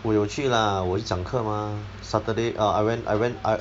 我有去 lah 我有讲课 mah saturday orh I went I went I